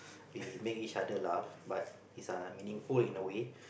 we make each other laugh but it's uh meaningful in a way